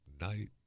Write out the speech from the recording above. night